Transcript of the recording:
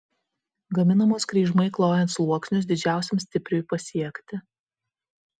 gaminamos kryžmai klojant sluoksnius didžiausiam stipriui pasiekti